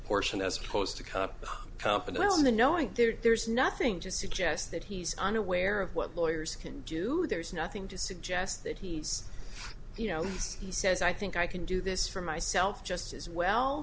portion as opposed to cop company well knowing there's nothing to suggest that he's unaware of what lawyers can do there's nothing to suggest that he's you know he says i think i can do this for myself just as well